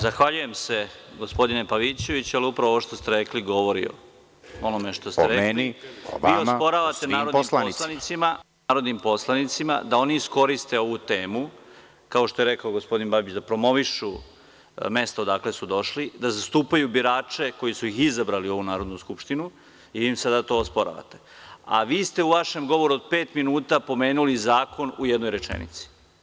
Zahvaljujem se, gospodine Pavićeviću, ali upravo ovo što ste rekli govori o onome što ste rekli. (Vladimir Pavićević, s mesta: O meni, o vama, o svim poslanicima.) Vi osporavate narodnim poslanicima da oni iskoriste ovu temu, kao što je rekao gospodin Babić, da promovišu mesto odakle su došli, da zastupaju birače koji su ih izabrali u ovu Narodnu skupštinu i vi im sada to osporavate, a vi ste u vašem govoru od pet minuta pomenuli zakon u jednoj rečenici.